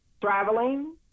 traveling